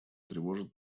тревожат